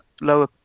lower